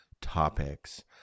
topics